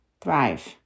thrive